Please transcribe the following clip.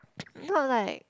not like